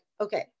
okay